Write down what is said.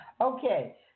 Okay